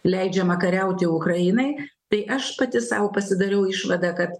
leidžiama kariauti ukrainai tai aš pati sau pasidariau išvadą kad